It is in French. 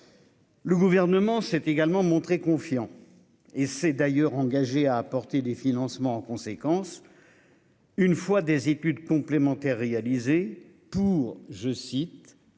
Le gouvernement s'est également montré confiant et c'est d'ailleurs engagé à apporter des financements en conséquence. Une fois des études complémentaires réalisés pour je cite.